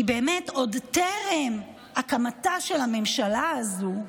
כי עוד טרם הקמתה של הממשלה הזו,